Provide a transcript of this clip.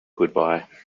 goodbye